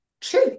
true